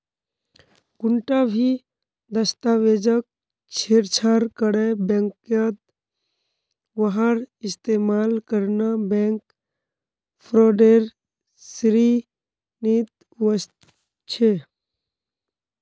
कुंटा भी दस्तावेजक छेड़छाड़ करे बैंकत वहार इस्तेमाल करना बैंक फ्रॉडेर श्रेणीत वस्छे